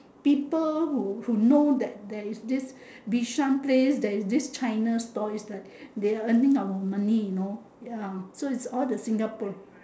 people who who know that there is this bishan place there is this china store is like they are earning our money you know ya so it's all the Singaporean